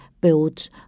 built